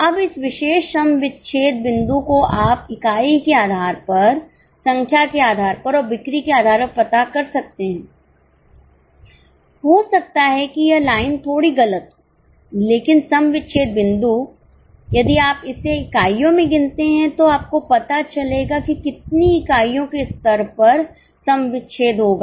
अब इस विशेष सम विच्छेद बिंदु को आप इकाई के आधार संख्या के आधार पर और बिक्री के आधार पर पता कर सकते हैं हो सकता है कि यह लाइन थोड़ी गलत हो लेकिन सम विच्छेद बिंदु यदि आप इसे इकाइयों में गिनते हैं तो आपको पता चलेगा कि कितनी इकाइयों के स्तर पर सम विच्छेद होगा